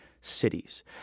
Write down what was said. cities